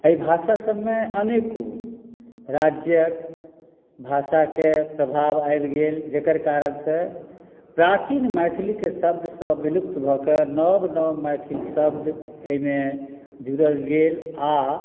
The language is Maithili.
एहि भाषा सभमे अनेको राज्यक भाषाके प्रभाव आबि गेल जेकर कारण से प्राचीन मैथिलीके शब्द सभ विलुप्त भऽ कऽ नव नव मैथिल शब्द एहिमे जुड़ल गेल आ